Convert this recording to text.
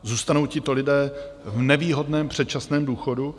Zůstanou tito lidé v nevýhodném předčasném důchodu?